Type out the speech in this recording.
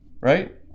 Right